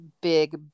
big